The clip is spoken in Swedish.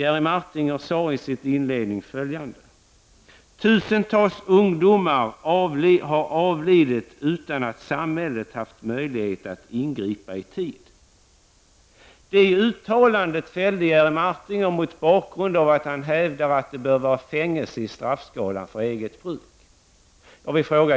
Så här sade Jerry Martinger: Tusentals ungdomar har avlidit utan att samhället haft möjlighet att ingripa i tid. Detta uttalande fällde han efter att ha hävdat att påföljden fängelse bör finnas med i straffskalan vid eget bruk av narkotika.